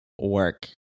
work